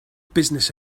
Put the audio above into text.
business